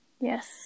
Yes